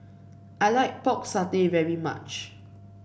I like Pork Satay very much